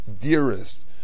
dearest